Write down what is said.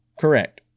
correct